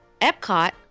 epcot